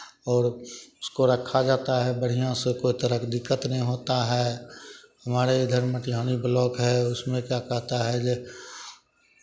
और उसको रखा जाता है बढ़ियाँ से कोई तरह के दिक्कत नहीं होता है हमारे इधर मटिहानी ब्लॉक है उसमें क्या कहता है ये